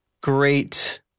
great